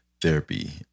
therapy